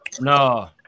No